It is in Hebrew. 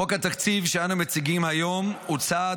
חוק התקציב שאנו מציגים היום הוא צעד